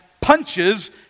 punches